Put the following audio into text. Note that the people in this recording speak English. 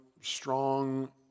strong